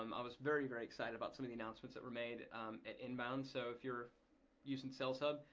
um i was very, very excited about some of the announcements that were made at inbound so if you're using saleshub,